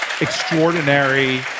extraordinary